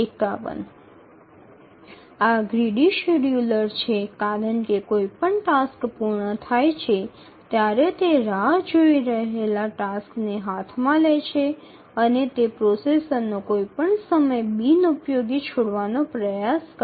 এগুলি greedy scheduler কারণ যখনই কোনও কাজ সম্পূর্ণ হয় এটি অপেক্ষারত টাস্কটি গ্রহণ করে এবং প্রসেসরের ব্যাবহার না করা সময়কে কাজে লাগায় না